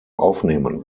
aufnehmen